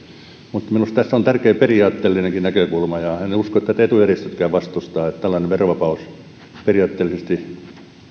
mutta minusta tässä on tärkeä periaatteellinenkin näkökulma ja en usko että etujärjestötkään vastustavat sitä että tällainen verovapaus periaatteellisesti